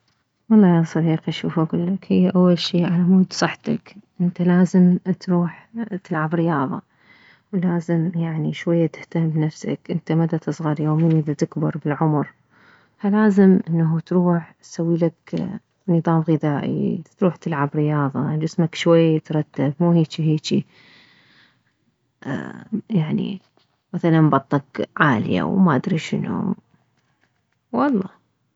والله يا صديقي شوف اكلك هي اول شي علمود صحتك انت لازم تروح تلعب رياضة ولازم يعني شوية تهتم بنفسك انت مدتصغر يومية دتكبر بالعمر فلازم انه تروح تسويلك نظام غذائي تروح تلعب رياضة جسمك شوية يترتب مو هيجي هيجي يعني مثلا بطنك عالية وما ادري شنو والله